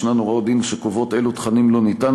יש הוראות דין שקובעות אילו תכנים לא ניתן